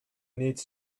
needs